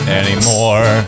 anymore